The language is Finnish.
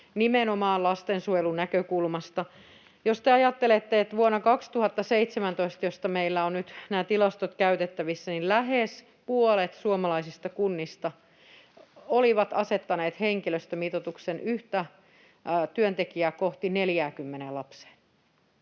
nimenomaan lastensuojelun näkökulmasta. Jos te ajattelette, niin vuonna 2017, josta meillä on nyt nämä tilastot käytettävissämme, lähes puolet suomalaisista kunnista oli asettanut henkilöstömitoituksen 40 lapseen yhtä työntekijää kohti.